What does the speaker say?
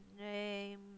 name